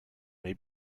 may